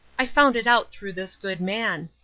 i found it out through this good man.